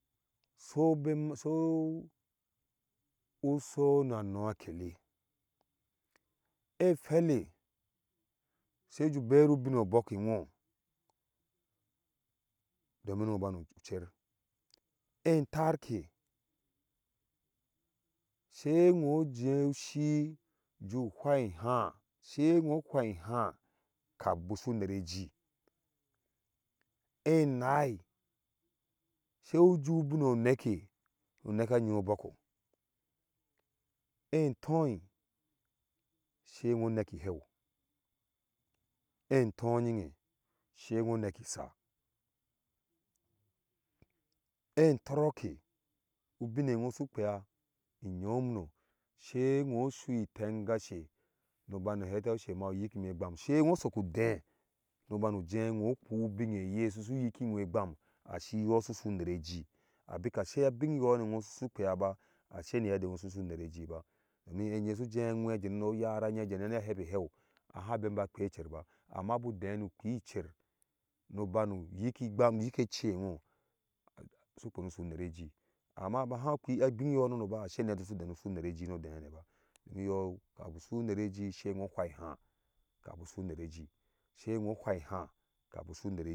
So bema so uso na no kele ewhele seju ubenu ubin obok ewho domin nu baw ucher entarke se who joh ushi su fa iha`a` sewo faiha`a` kam bu so unereji enai sai uji ubin oneke nu neka yi oboko etoi sewho neki iheu` etoyiee sa who neki isaa entoyiee sa who neki isaa entoroke ubin eqho su phia iyom no swho su itengasha nu bam heta ashe ma uyipi me igwamo sei who soku udee nu bamje who bu ubin eye sisu yiki who bu ubin eye si su yiki who igwamo- asi iyo su usu unere yii abika sai abin yono who suphea ba a sai ni yadda who susu su unereji ba nisue eyeh suje awhe ajewo no oyara eye ana hepe e heu aha bemba kwo echer ba amma bude nu phecer nu banu yiki gwamo yuke echewho su kwem isu unere ijei amma baha uphi abin yononoba a sai no yadda ewo susu phea no su unere jii no deh ba iyo kafin usu unere iji sai iwho uwhai haa kafin usu unere iji sai iwho ufa ihaa kamin usu unere jii sai iwho fahaa kain so